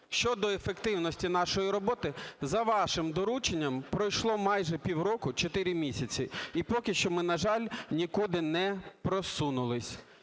щодо ефективності нашої роботи: за вашим дорученням пройшло майже півроку, чотири місяці, і поки що ми, на жаль, нікуди не просунулися.